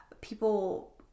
people